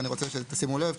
ואני רוצה שתשימו לב,